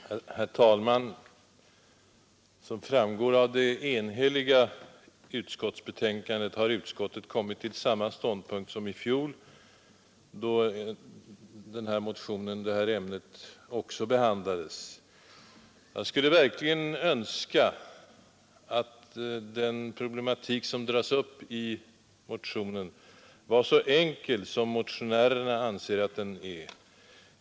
Herr talman! Som framgår av det enhälliga utskottsbetänkandet har utskottet kommit till samma ståndpunkt som i fjol då detta ämne också behandlades. Jag skulle verkligen önska att den problematik som dras upp i motionen var så enkel som motionärerna anser att den är.